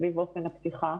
סביב אופן הפתיחה,